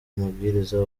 mabwiriza